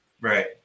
Right